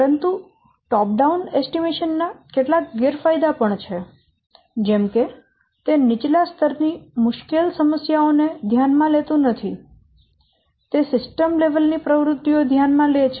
પરંતુ top down અંદાજ ના કેટલાક ગેરફાયદા પણ છે જેમ કે તે નીચલા સ્તરની મુશ્કેલ સમસ્યાઓ ને ધ્યાનમાં લેતુ નથી તે સિસ્ટમ કક્ષા ની પ્રવૃત્તિઓ ધ્યાનમાં લે છે